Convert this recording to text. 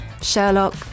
Sherlock